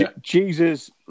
Jesus